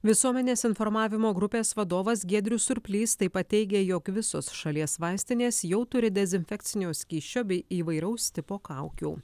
visuomenės informavimo grupės vadovas giedrius surplys taip pat teigė jog visos šalies vaistinės jau turi dezinfekcinio skysčio bei įvairaus tipo kaukių